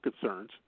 concerns